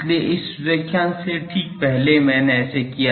इसलिए इस व्याख्यान से ठीक पहले मैंने ऐसा किया